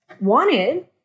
wanted